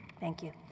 thank you.